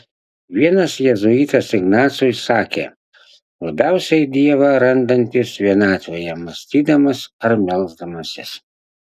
vienas jėzuitas ignacui sakė labiausiai dievą randantis vienatvėje mąstydamas ar melsdamasis